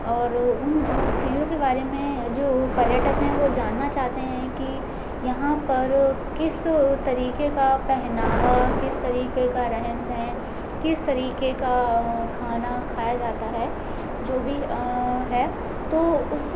और उन चीज़ों के बारे में जो पर्यटक हैं वो जानना चाहते हैं कि यहाँ पर किस तरीके का पहनावा किस तरीके का रहन सहन किस तरीके का खाना खाया जाता है जो भी है तो उस